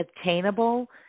attainable